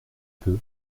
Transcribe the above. peu